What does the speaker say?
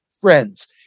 friends